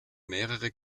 mehrere